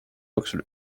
jooksul